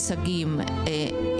מינית